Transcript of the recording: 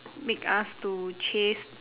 make us to chase